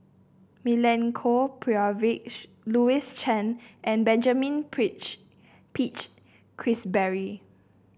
Milenko Prvacki Louis Chen and Benjamin Peach Keasberry